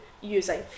using